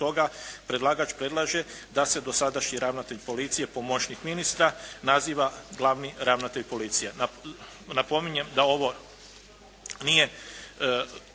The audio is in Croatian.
predlagač predlaže da se dosadašnji ravnatelj policije pomoćnik ministra naziva glavni ravnatelj policije. Napominjem da ovo nije